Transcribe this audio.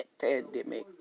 pandemic